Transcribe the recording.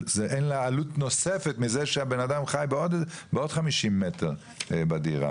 אין לה עלות נוספת מזה שהבן אדם חי בעוד 50 מטר בדירה.